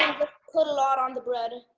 put a lot on the bread.